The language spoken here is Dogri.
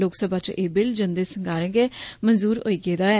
लोकसभा च एह् बिल जंदे संगारें गै मंजूर होई गेदा ऐ